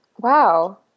Wow